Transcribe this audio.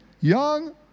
Young